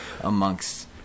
amongst